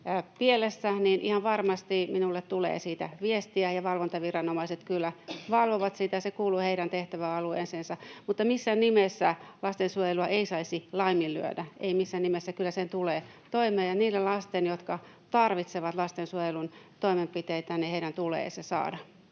niin ihan varmasti minulle tulee siitä viestiä. Valvontaviranomaiset kyllä valvovat sitä. Se kuuluu heidän tehtäväalueeseensa. Mutta missään nimessä lastensuojelua ei saisi laiminlyödä, ei missään nimessä. Kyllä sen tulee toimia. Ja niiden lasten, jotka tarvitsevat lastensuojelun toimenpiteitä, tulee ne saada.